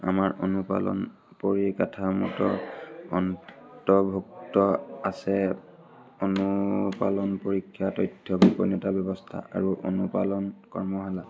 আমাৰ অনুপালন পৰিকাঠামোত অন্তৰ্ভুক্ত আছে অনুপালন পৰীক্ষা তথ্য গোপনীয়তা ব্যৱস্থা আৰু অনুপালন কৰ্মশালা